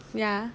ya